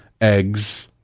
eggs